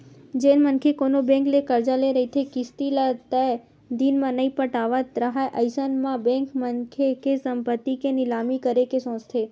जेन मनखे कोनो बेंक ले करजा ले रहिथे किस्ती ल तय दिन म नइ पटावत राहय अइसन म बेंक मनखे के संपत्ति के निलामी करे के सोचथे